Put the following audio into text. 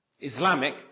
Islamic